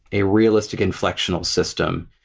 a realistic inflectional system,